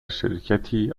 شرکتی